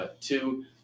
Two